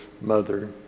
mother